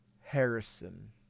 Harrison